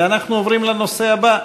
אנחנו עוברים לנושא הבא: